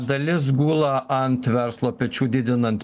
dalis gula ant verslo pečių didinant